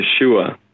Yeshua